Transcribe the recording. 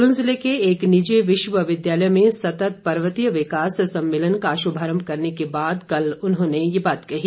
सोलन जिले के एक निजी विश्वविद्यालय में सत्त पर्वतीय विकास सम्मेलन का शुभारंभ करने के बाद कल उन्होंने ये बात कही